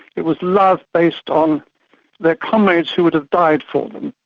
it was loved based on their comrades who would have died for them,